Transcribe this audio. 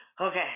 Okay